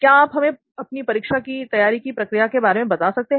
क्या आप हमें अपनी परीक्षा की तैयारी की प्रक्रिया के बारे में बता सकते हैं